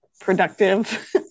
productive